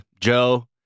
joe